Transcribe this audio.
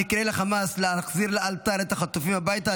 תקראי לחמאס להחזיר לאלתר את החטופים הביתה,